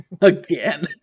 again